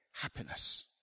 Happiness